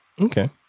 Okay